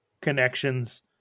connections